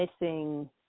missing